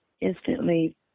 instantly